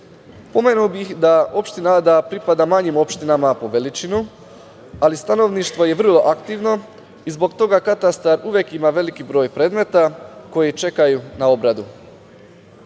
vremena. Pomenuo bih da opština Ada pripada manjim opštinama po veličini, ali stanovništvo je vrlo aktivno i zbog toga katastar uvek ima veliki broj predmeta koji čekaju na obradu. Smatram